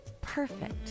perfect